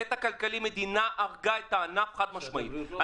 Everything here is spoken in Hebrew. בהיבט הכלכלי המדינה הרגה את הענף, חד משמעית.